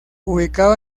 ubicado